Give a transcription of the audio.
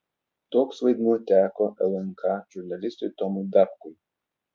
toks vaidmuo teko lnk žurnalistui tomui dapkui